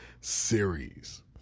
series